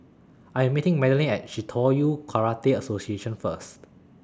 I'm meeting Madaline At Shitoryu Karate Association First